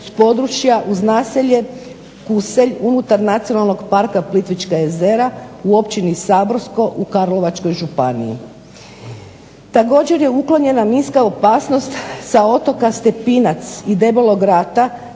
s područja uz naselje Kuselj unutar nacionalnog parka Plitvička jezera, u općini Saborsko u Karlovačkoj županiji. Također je uklonjena minska opasnost sa otoka Stepinac i Debelog Rata